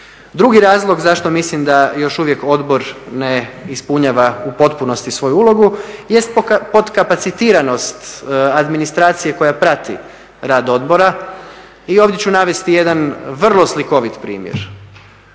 Drugi razlog zašto mislim da još uvijek odbor ne ispunjava u potpunosti svoju ulogu jest potkapacitiranost administracije koja prati rad odbora. I ovdje ću navesti jedan vrlo slikovit primjer.